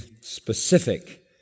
specific